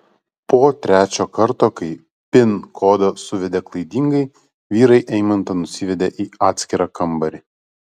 po trečio karto kai pin kodą suvedė klaidingai vyrai eimantą nusivedė į atskirą kambarį